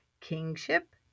kingship